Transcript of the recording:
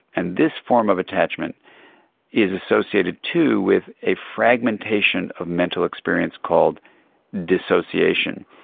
and this form of attachment is associated too with a fragmentation of mental experience called dissociation.